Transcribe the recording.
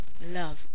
love